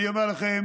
אני אומר לכם,